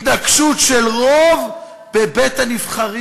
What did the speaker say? התנקשות של רוב בבית-הנבחרים.